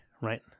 right